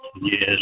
Yes